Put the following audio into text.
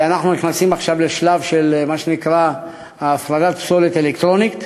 ואנחנו נכנסים עכשיו לשלב של מה שנקרא הפרדת פסולת אלקטרונית.